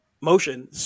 motion